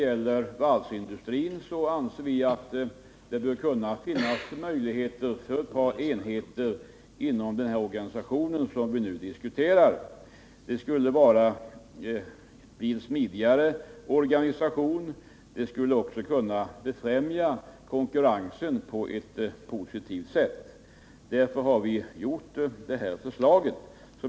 Vi anser att det bör finnas möjligheter att skapa effektiva enheter inom den organisation som vi nu diskuterar. Organisationen skulle bli smidigare och konkurrensen skulle påverkas på ett positivt sätt. Därför har vi utarbetat det här förslaget.